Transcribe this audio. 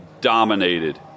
dominated